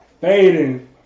Fading